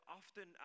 often